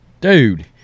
dude